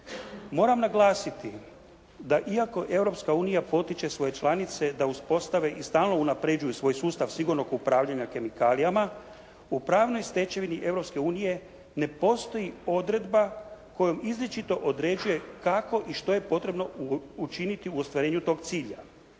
Moram naglasiti da iako Europska unija potiče svoje članice da uspostave i stalno unapređuju svoj sustav sigurnog upravljanja kemikalijama u pravnoj stečevini Europske unije ne postoji odredba kojom izričito određuje kako i što je potrebno učiniti u ostvarenju tog cilja.